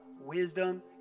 wisdom